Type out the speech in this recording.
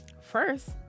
first